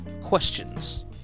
questions